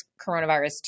coronavirus